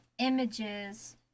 images